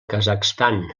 kazakhstan